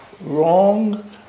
wrong